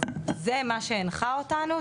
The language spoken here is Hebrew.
אז זה מה שהנחה אותנו,